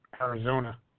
Arizona